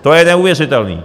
To je neuvěřitelné.